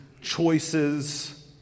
choices